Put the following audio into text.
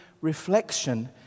reflection